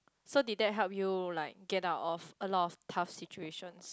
so did they help you like get out of a lot of tough situations